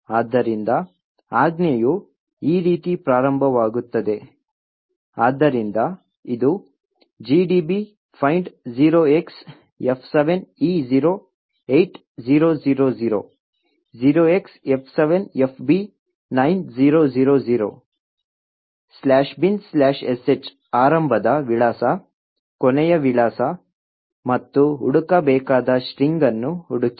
ಆದ್ದರಿಂದ ಆಜ್ಞೆಯು ಈ ರೀತಿ ಪ್ರಾರಂಭವಾಗುತ್ತದೆ ಆದ್ದರಿಂದ ಇದು gdb find 0xF7E08000 0xF7FB9000 "binsh" ಆರಂಭದ ವಿಳಾಸ ಕೊನೆಯ ವಿಳಾಸ ಮತ್ತು ಹುಡುಕಬೇಕಾದ ಸ್ಟ್ರಿಂಗ್ ಅನ್ನು ಹುಡುಕಿ